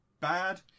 bad